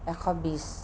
এশ বিশ